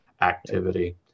activity